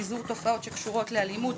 במזעור תופעות שקשורות לאלימות,